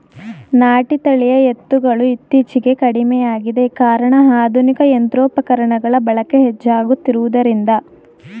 ನಾಟಿ ತಳಿಯ ಎತ್ತುಗಳು ಇತ್ತೀಚೆಗೆ ಕಡಿಮೆಯಾಗಿದೆ ಕಾರಣ ಆಧುನಿಕ ಯಂತ್ರೋಪಕರಣಗಳ ಬಳಕೆ ಹೆಚ್ಚಾಗುತ್ತಿರುವುದರಿಂದ